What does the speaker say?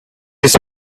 dish